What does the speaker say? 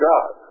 God